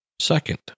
second